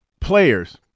players